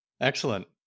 Excellent